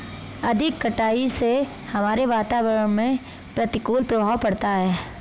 अधिक कटाई से हमारे वातावरण में प्रतिकूल प्रभाव पड़ता है